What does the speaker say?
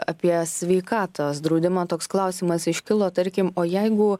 apie sveikatos draudimą toks klausimas iškilo tarkim o jeigu